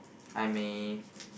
I may